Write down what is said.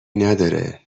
نداره